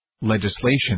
Legislation